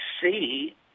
see